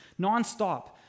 nonstop